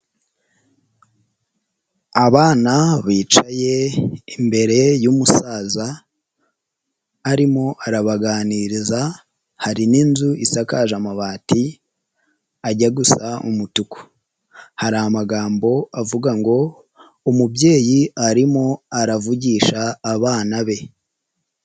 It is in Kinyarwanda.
Abana bicaye imbere y'umusaza arimo arabaganiriza hari n'inzu isakaje amabati ajya gusa umutuku, hari amagambo avuga ngo umubyeyi arimo aravugisha abana be.